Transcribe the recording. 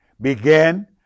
began